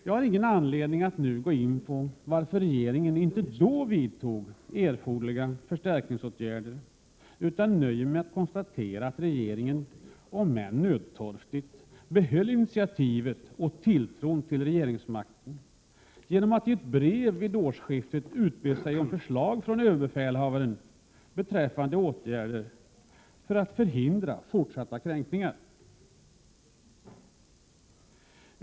Jag har ingen anledning att nu gå in på varför regeringen då inte vidtog erforderliga förstärkningsåtgärder, utan nöjer mig med att konstatera att regeringen — om än nödtorftigt — behöll initiativet och tilltron till regeringsmakten genom att i brev vid årsskiftet utbe sig förslag från överbefälhavaren beträffande åtgärder för att förhindra fortsatta kränkningar.